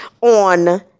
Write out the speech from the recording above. on